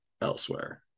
elsewhere